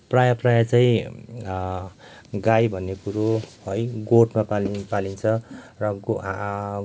प्रायः प्रायः चाहिँ गाई भन्ने कुरो है गोठमा पालिन् पालिन्छ र गो